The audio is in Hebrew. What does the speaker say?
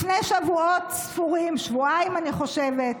לפני שבועות ספורים, שבועיים, אני חושבת,